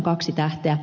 kaksi tähteä